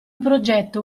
progetto